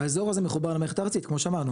האזור הזה מחובר למערכת הארצית כמו שאמרנו,